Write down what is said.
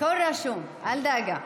הכול רשום, אל דאגה.